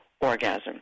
orgasm